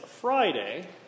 Friday